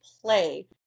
play